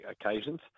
occasions